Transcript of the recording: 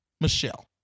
Michelle